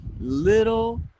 little